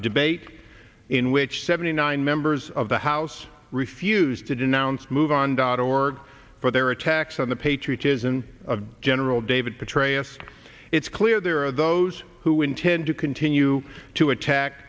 debate in which seventy nine members of the house refused to denounce move on dot org for their attacks on the patriotism of gen david petraeus it's clear there are those who intend to continue to attack